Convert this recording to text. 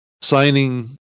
signing